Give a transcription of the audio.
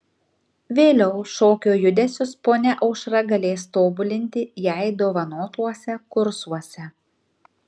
vėliau šokio judesius ponia aušra galės tobulinti jai dovanotuose kursuose